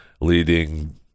leading